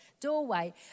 doorway